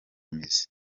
mizi